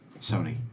Sony